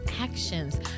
actions